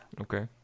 Okay